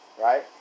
right